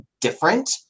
different